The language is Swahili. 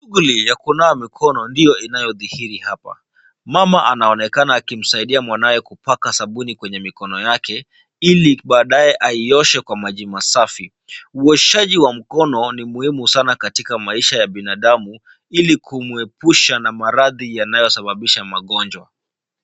Shughuli ya kunawa mikono ndio inayodhihirisha hapa. Mama anaonekana akimsaidia mwanawe kupaka sabuni kwenye mikono yake ili badae aioshe kwa maji masafi. Uoshaji wa mikono ni muhimu sana katika maisha ya binadamu ili kumwepusha na maradhi yanayosababisha magonjwa.